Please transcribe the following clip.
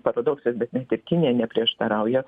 paradoksas bet net ir kinija neprieštarauja